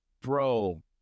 Bro